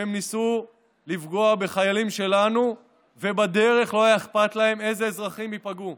שהם ניסו לפגוע בחיילים שלנו ובדרך לא היה אכפת להם אילו אזרחים ייפגעו,